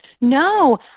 No